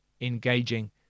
engaging